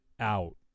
out